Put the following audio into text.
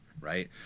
right